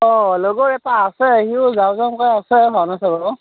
অ' লগৰ এটা আছে সিও যাওঁ যাওঁকৈ আছে মানস